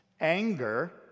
Anger